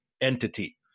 entity